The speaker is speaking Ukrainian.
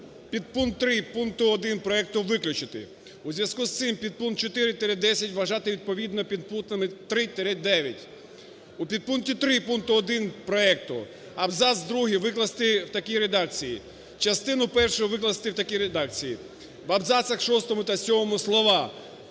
підпункт 3 пункту 1 проекту виключити. У зв'язку із цим підпункт 4-10 вважати відповідно підпунктами 3-9. У підпункті 3 пункту 1 проекту абзац другий викласти в такій редакції, частину першу викласти в такій редакції: в абзацах шостому